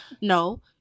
no